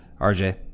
RJ